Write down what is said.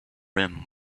rim